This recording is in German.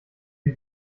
sie